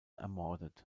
ermordet